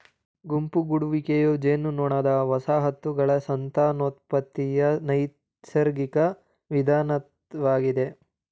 ಗುಂಪು ಗೂಡುವಿಕೆಯು ಜೇನುನೊಣದ ವಸಾಹತುಗಳ ಸಂತಾನೋತ್ಪತ್ತಿಯ ನೈಸರ್ಗಿಕ ವಿಧಾನವಾಗಯ್ತೆ